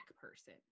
person